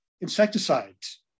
insecticides